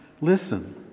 listen